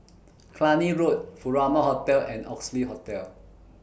Cluny Road Furama Hotel and Oxley Hotel